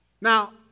Now